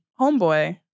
homeboy